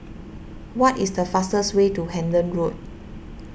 what is the fastest way to Hendon Road